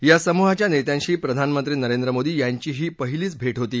या समूहाच्या नेत्यांशी प्रधानमंत्री नरेंद्र मोदी यांची ही पहिलीच भेट होती